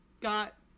got